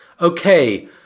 Okay